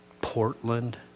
Portland